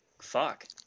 fuck